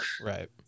Right